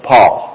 Paul